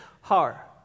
har